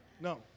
No